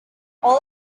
all